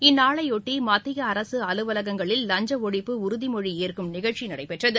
இந்நாளைபொட்டிமத்திய அரசு அலுவலகங்களில் லஞ்சஒழிப்பு உறுதிமொழிஏற்கும் நிகழ்ச்சிநடைபெற்றது